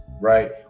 right